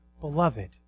beloved